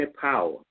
power